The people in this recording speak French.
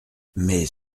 mais